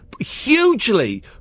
hugely